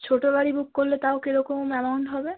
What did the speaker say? ছোটো গাড়ি বুক করলে তাও কীরকম অ্যামাউন্ট হবে